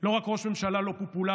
לא רק ראש ממשלה לא פופולרי,